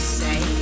say